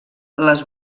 les